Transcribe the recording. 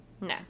No